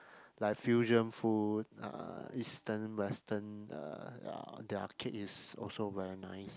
like fusion food uh Eastern Western uh ya their cake is also very nice